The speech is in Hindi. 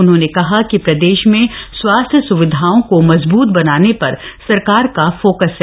उन्होंने कहा कि प्रदेश में स्वास्थ्य स्विधाओं के स्दृढ़ीकरण पर सरकार का फोकस है